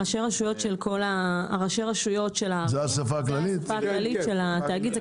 ראשי הרשויות זה האסיפה הכללית של התאגיד.